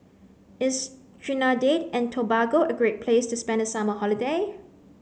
is Trinidad and Tobago a great place to spend the summer holiday